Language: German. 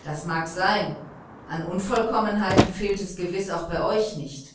das mag sein an unvollkommenheiten fehlt es gewiß auch bei euch nicht